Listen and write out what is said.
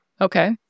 Okay